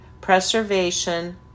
Preservation